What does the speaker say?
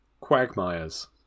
quagmires